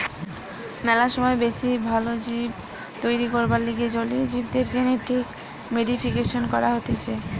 ম্যালা সময় বেশি ভাল জীব তৈরী করবার লিগে জলীয় জীবদের জেনেটিক মডিফিকেশন করা হতিছে